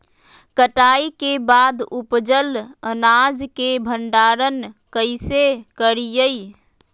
कटाई के बाद उपजल अनाज के भंडारण कइसे करियई?